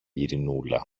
ειρηνούλα